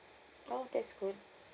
oh that's good